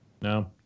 No